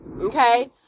okay